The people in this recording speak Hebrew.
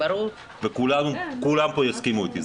כולם פה יסכימו איתי,